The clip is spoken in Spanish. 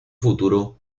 futuro